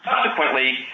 subsequently